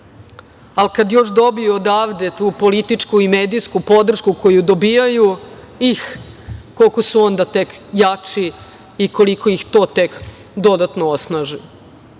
ali, kada još dobiju odavde tu političku i medijsku podršku koju dobijaju, ih, koliko su onda tek jači i koliko ih to tek dodatno osnaži.